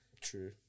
True